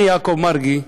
אני, יעקב מרגי,